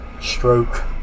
stroke